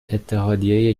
اتحادیه